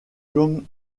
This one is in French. comme